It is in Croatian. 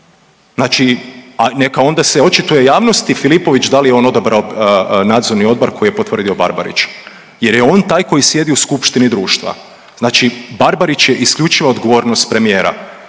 Znači, a neka onda se očituje javnosti, Filipović, da li je on odabrao nadzorni odbor koji je potvrdio Barbarić jer je on taj koji sjedi u skupštini društva. Znači Barbarić je isključiva odgovornost premijera